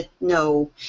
No